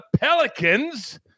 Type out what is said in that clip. Pelicans